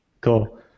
cool